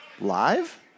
live